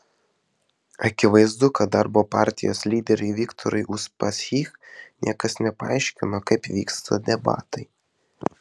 akivaizdu kad darbo partijos lyderiui viktorui uspaskich niekas nepaaiškino kaip vyksta debatai